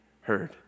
heard